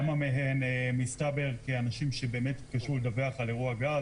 כמה מהן מסתבר אנשים שבאמת התקשו לדווח על אירוע גז,